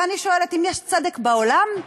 ואני אומרת: אם יש צדק בעולם,